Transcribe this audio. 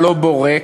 לא בור ריק,